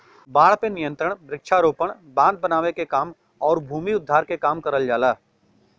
बाढ़ पे नियंत्रण वृक्षारोपण, बांध बनावे के काम आउर भूमि उद्धार के काम करल जाला